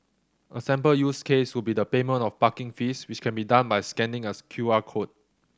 a sample use case would be the payment of parking fees which can be done by scanning a Q R code